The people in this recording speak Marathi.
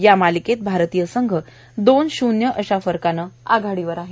या मालिकेत भारतीय संघ दोन शून्य अशा फरकानं आघाडीवर आहे